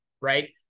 right